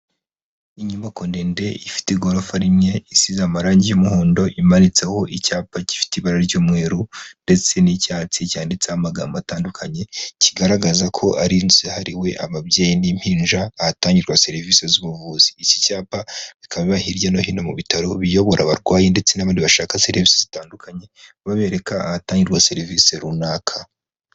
Inyubako ndende ifite igorofa rimwe, isize amarangi y'umuhondo, imanitseho icyapa gifite ibara ry'umweru ndetse n'icyatsi cyanditseho amagambo atandukanye kigaragaza ko ari inzu yahariwe ababyeyi n'impinja ahatangirwa serivisi z'ubuvuzi, iki cyapa bikaba biba hirya no hino mu bitaro biyobora abarwayi ndetse n'abandi bashaka serivisi zitandukanye babereka ahatangirwa serivisi runaka.